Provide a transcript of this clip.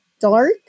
dark